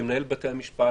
מנהל בתי המשפט